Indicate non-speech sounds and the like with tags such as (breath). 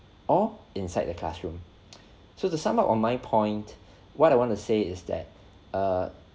or inside the classroom so to sum up on my point (breath) what I want to say is that (breath) uh